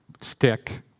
stick